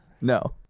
No